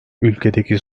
ülkedeki